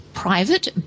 private